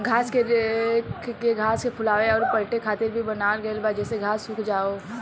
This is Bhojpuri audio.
घास के रेक के घास के फुलावे अउर पलटे खातिर भी बनावल गईल बा जेसे घास सुख जाओ